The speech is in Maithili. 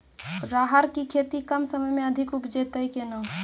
राहर की खेती कम समय मे अधिक उपजे तय केना?